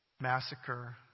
massacre